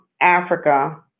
Africa